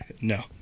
No